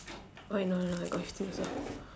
oh wait no no I got fifteen also